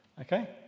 Okay